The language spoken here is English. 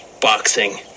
boxing